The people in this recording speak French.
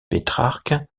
pétrarque